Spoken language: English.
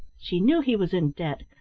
she knew he was in debt,